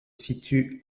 situe